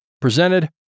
presented